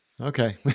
Okay